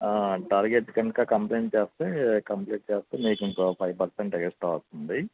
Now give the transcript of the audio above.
targets కనుక complaint చేస్తే complete చేస్తే మీకింకో ఫైవ్ పర్సెంట్ ఎక్స్ట్రా వస్తుంది